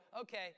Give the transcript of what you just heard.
okay